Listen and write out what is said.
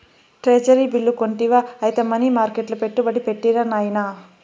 treasury bill కొంటివా ఐతే money మర్కెట్ల పెట్టుబడి పెట్టిరా నాయనా